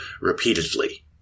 repeatedly